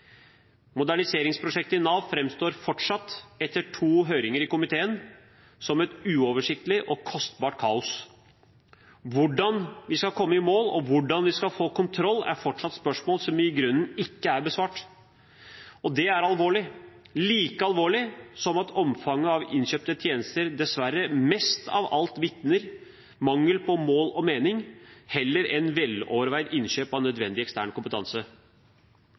Moderniseringsprosjektet i Nav framstår fortsatt – etter to høringer i komiteen – som et uoversiktlig og kostbart kaos. Hvordan vi skal komme i mål, og hvordan vi skal få kontroll, er fortsatt spørsmål som i grunnen ikke er besvart. Det er alvorlig – like alvorlig som at omfanget av innkjøpte tjenester dessverre mest av alt vitner om mangel på mål og mening heller enn veloverveid innkjøp av nødvendig ekstern kompetanse.